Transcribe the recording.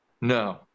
No